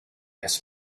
has